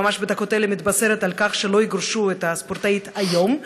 ממש בדקות אלה אני מתבשרת שלא יגרשו את הספורטאית היום,